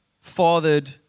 fathered